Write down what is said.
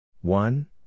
One